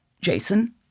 Jason